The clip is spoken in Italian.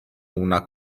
una